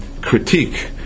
critique